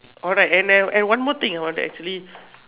alright and then and one more thing I want to actually